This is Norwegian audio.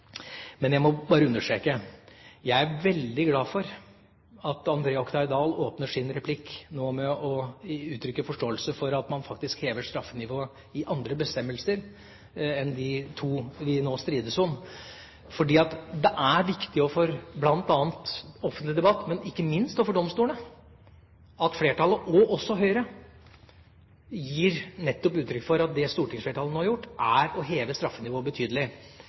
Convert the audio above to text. Men dette framgår jo av korrespondansen i saken, i hvert fall når vi reagerte overfor komiteen. Jeg må bare understreke at jeg er veldig glad for at André Oktay Dahl åpnet sin replikk nå med å uttrykke forståelse for at man hever straffenivået i andre bestemmelser enn de to vi nå strides om. Det er viktig i bl.a. offentlig debatt, men ikke minst overfor domstolene, at flertallet, og også Høyre, nettopp gir uttrykk for at det stortingsflertallet nå har gjort, er å heve